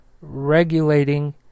regulating